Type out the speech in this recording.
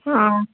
ਹਾਂ